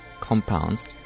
compounds